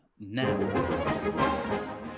Now